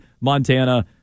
Montana